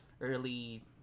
early